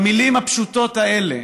במילים הפשוטות האלה